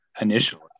initially